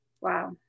Wow